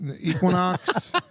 Equinox